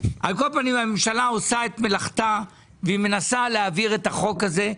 על כל פנים הממשלה עושה את מלאכתה והיא מנסה להעביר את החוק הזה.